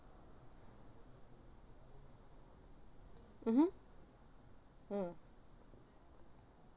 mmhmm mm